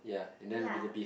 ya